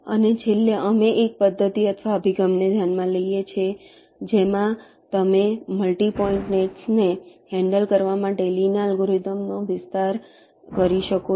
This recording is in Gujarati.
અને છેલ્લે અમે એક પદ્ધતિ અથવા અભિગમને ધ્યાનમાં લઈએ છીએ જેમાં તમે મલ્ટી પોઈન્ટ નેટ્સને હેન્ડલ કરવા માટે લી ના અલ્ગોરિધમનો વિસ્તાર કરી શકો છો